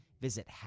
Visit